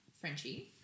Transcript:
Frenchie